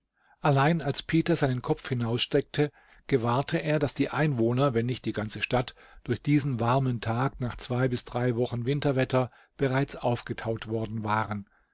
allein als peter seinen kopf hinaussteckte gewahrte er daß die einwohner wenn nicht die ganze stadt durch diesen warmen tag nach zwei bis drei wochen winterwetter bereits aufgetaut worden waren